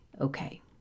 okay